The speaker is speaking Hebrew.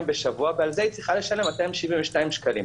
בשבוע ועל זה היא צריכה לשלם 272 שקלים.